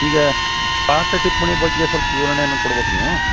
ಈಗ ಪಾಠ ಟಿಪ್ಪಣಿ ಬಗ್ಗೆ ಸ್ವಲ್ಪ ವಿವರಣೆಯನ್ನು ಕೊಡ್ಬೇಕು ನೀವು